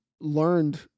learned